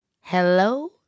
Hello